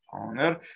owner